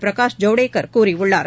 பிரகாஷ் ஜவடேகர் கூறியுள்ளார்